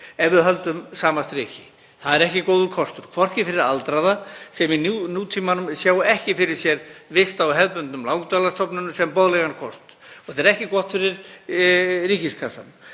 ef við höldum sama striki. Það er ekki góður kostur fyrir aldraða sem í nútímanum sjá ekki fyrir sér vist á hefðbundnum langdvalarstofnunum sem boðlegan kost, og ekki góður kostur fyrir ríkiskassann,